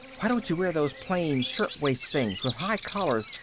why don't you wear those plain shirtwaist things, with high collars,